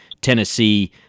Tennessee